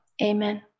amen